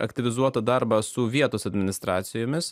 aktyvizuotą darbą su vietos administracijomis